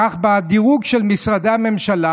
כך בדירוג של משרדי הממשלה,